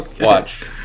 Watch